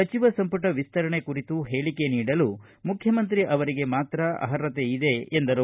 ಸಚಿವ ಸಂಪುಟ ವಿಸ್ತರಣೆ ಕುರಿತು ಹೇಳಿಕೆ ನೀಡಲು ಮುಖ್ಯಮಂತ್ರಿ ಅವರಿಗೆ ಮಾತ್ರ ಅರ್ಹತೆ ಇದೆ ಎಂದರು